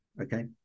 Okay